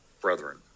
brethren